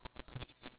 store bought